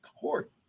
Court